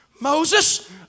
Moses